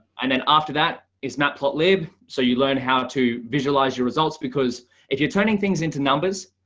and then after that, it's not plot lib. so you learn how to visualize your results. because if you're turning things into numbers,